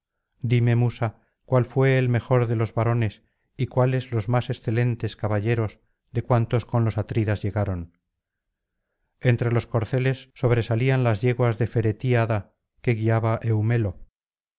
dime musa cuál fué el mejor de los varones y cuáles los más excelentes caballos de cuantos con los atridas llegaron entre los corceles sobresalían las yeguas del feretíada que guiaba eumelo